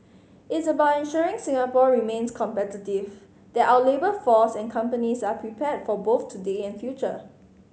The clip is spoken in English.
it's about ensuring Singapore remains competitive that our labour force and companies are prepared for both today and future